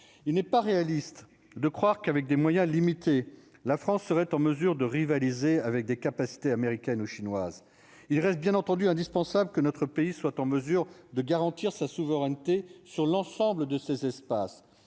il n'est pas réaliste. De croire qu'avec des moyens limités, la France serait en mesure de rivaliser avec des capacités américaines ou chinoises. Ils restent bien entendu indispensables que notre pays soit en mesure de garantir sa souveraineté sur l'ensemble de ces espaces